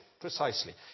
precisely